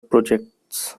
projects